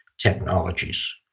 technologies